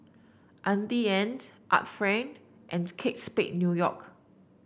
Auntie Anne's Art Friend and Kate Spade New York